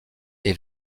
est